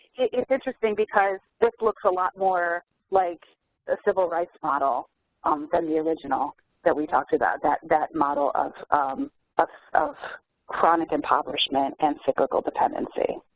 it's interesting because this looks a lot more like a civil rights model um than the original that we talked about, that that model of of chronic impoverishment and cyclical dependency.